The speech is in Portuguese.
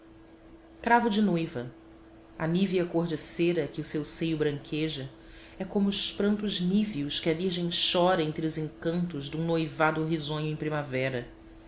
cravo de noiva a nívea cor de cera que o seu seio branqueja é como os prantos níveos que a virgem chora entre os encantos dum noivado risonho em primavera